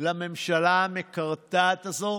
לממשלה המקרטעת הזאת,